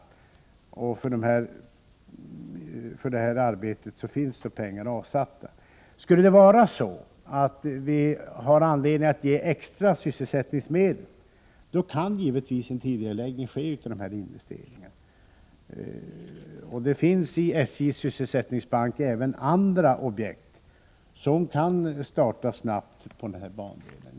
Medel finns avsatta för arbetet. Om det skulle bli så att vi har anledning att bevilja extra sysselsättningsmedel kan givetvis en tidigareläggning av investeringarna komma att ske. I SJ:s sysselsättningsbank finns även andra objekt som hänför sig till den här bandelen och som kan starta snabbt.